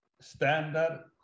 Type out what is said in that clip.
standard